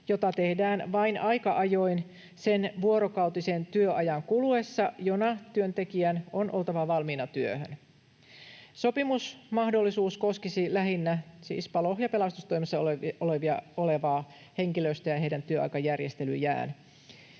jota tehdään vain aika ajoin sen vuorokautisen työajan kuluessa, jona työntekijän on oltava valmiina työhön. Sopimusmahdollisuus koskisi lähinnä siis palo- ja pelastustoimessa olevaa henkilöstöä ja heidän työaikajärjestelyjään.